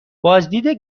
بازدید